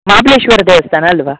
ಮಾಬಲೇಶ್ವರ ದೇವಸ್ಥಾನ ಅಲ್ಲವಾ